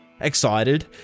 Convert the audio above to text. Excited